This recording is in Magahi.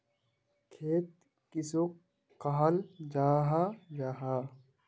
खेत किसोक कहाल जाहा जाहा?